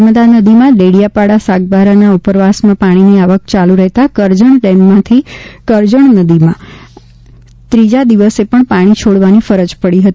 નર્મદા નદીમાં દેડીયાપાડા સાગબારા ના ઉપરવાસમાંથી પાણીની આવક ચાલુ રહેતા કરજણ ડેમમાંથી કરજણ નદીમાં આજે ત્રીજા દિવસે પણ પાણી છોડવાની ફરજ પડી હતી